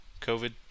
COVID